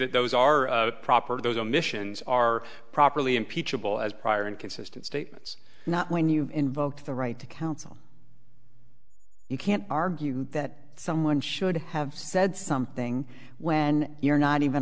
that those are proper those omissions are properly impeachable as prior inconsistent statements not when you invoke the right to counsel you can't argue that someone should have said something when you're not even